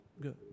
Good